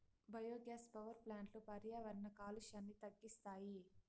biogas power ప్లాంట్లు పర్యావరణ కాలుష్యాన్ని తగ్గిస్తాయి